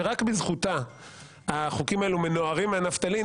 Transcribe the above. שרק בזכותה החוקים האלה מנוערים מהנפטלין.